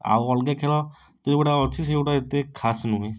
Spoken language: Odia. ଆଉ ଅଲଗା ଖେଳ ଯେଉଁଗୁଡ଼ା ଅଛି ସେଗୁଡ଼ା ଏତେ ଖାସ ନୁହେଁ